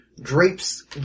drapes